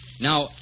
Now